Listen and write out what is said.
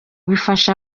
bifasha